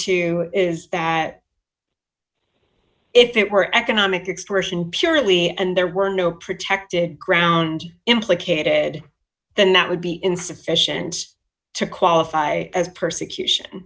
to is that if it were economic expression purely and there were no protected ground implicated then that would be insufficient to qualify as persecution